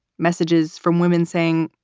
messages from women saying,